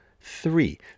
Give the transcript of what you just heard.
three